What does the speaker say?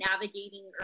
navigating